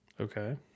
Okay